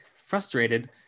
frustrated